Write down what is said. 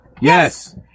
Yes